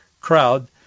crowd